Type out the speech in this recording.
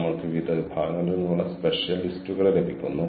അതിനാൽ അതാണ് ഈ ചെറിയ ഇവിടെയുള്ള ഈ ബോക്സ് കൊണ്ട് നമ്മൾ ഉദ്ദേശിക്കുന്നത്